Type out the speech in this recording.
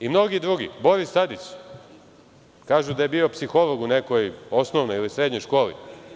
I mnogi drugi, Boris Tadić, kažu da je bio psiholog u nekoj osnovnoj ili srednjoj školi.